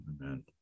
Amen